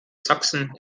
sachsen